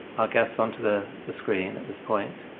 our guests onto the the screen at this point.